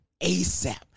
asap